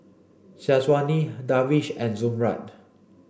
Syazwani Darwish and Zamrud